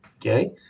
okay